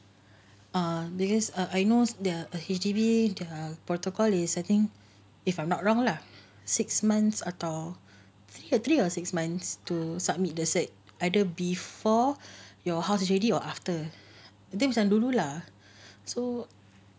ah because err I know there are the H_D_B the protocol is I think if I'm not wrong lah six months atau three or six months to submit the certificate either before your house already or after that was like dulu lah so